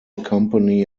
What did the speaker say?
company